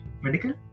medical